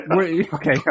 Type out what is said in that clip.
Okay